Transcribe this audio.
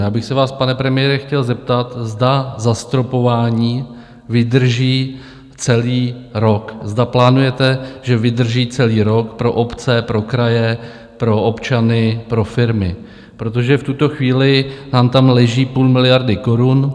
Já bych se vás, pane premiére, chtěl zeptat, zda zastropování vydrží celý rok, zda plánujete, že vydrží celý rok pro obce, pro kraje, pro občany, pro firmy, protože v tuto chvíli nám tam leží půl miliardy korun.